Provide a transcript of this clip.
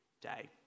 day